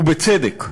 ובצדק,